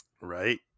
right